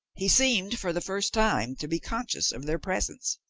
he seemed for the first time to be conscious of their presence.